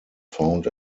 found